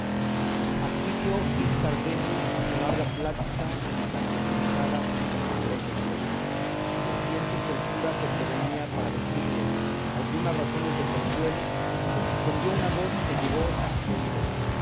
aquí dio fin cardenio a su larga plática y tan desdichada como amorosa historia y al tiempo que el cura se prevenía para decirle algunas razones de consuelo le suspendió una voz que llegó a sus oídos